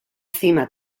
cima